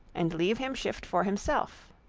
and leave him shift for himself.